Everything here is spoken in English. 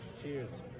cheers